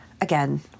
again